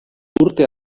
urte